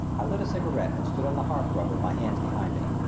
i lit a cigarette and stood on the hearthrug with my hands behind me.